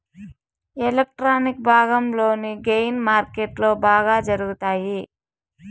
electronic భాగంలోని gain మార్కెట్లో బాగా జరుగుతాయి